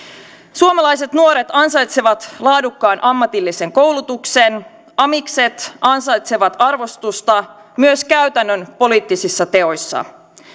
suomalaiset nuoret ansaitsevat laadukkaan ammatillisen koulutuksen amikset ansaitsevat arvostusta myös käytännön poliittisissa teoissa